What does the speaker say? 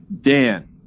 Dan